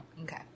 okay